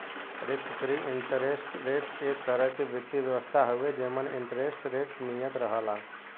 risk free interest rate एक तरह क वित्तीय व्यवस्था हउवे जेमन इंटरेस्ट रेट नियत रहला